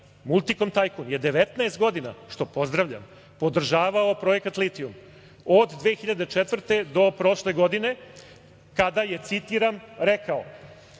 Multikom tajkun, je 19 godina, što pozdravljam, podržavao projekat litijum, od 2004. do prošle godine, kada je, citiram, rekao